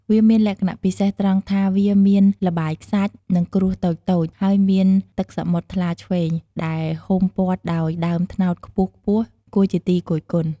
វាមានលក្ខណៈពិសេសត្រង់ថាវាមានល្បាយខ្សាច់ និងគ្រួសតូចៗ ហើយមានទឹកសមុទ្រថ្លាឈ្វេងដែលហ៊ុំព័ទ្ធដោយដើមត្នោតខ្ពស់ៗគួរជាទីគយគន់។